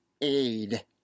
aid